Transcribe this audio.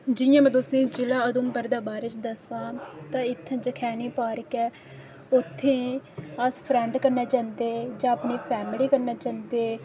जियां मैं तुसेंगी जि'ला उधमपुर दे बारै च दस्सां ते इत्थें जखैनी पार्क ऐ उत्थें अस फ्रैंड कन्नै जंदे जां अपनी फैमली कन्नै जंदे